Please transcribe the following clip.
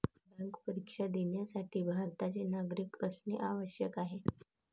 bank परीक्षा देण्यासाठी भारताचे नागरिक असणे आवश्यक आहे